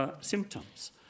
symptoms